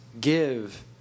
give